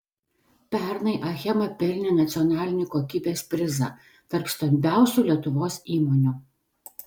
pernai achema pelnė nacionalinį kokybės prizą tarp stambiausių lietuvos įmonių